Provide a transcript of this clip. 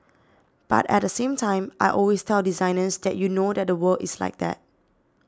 but at the same time I always tell designers that you know that the world is like that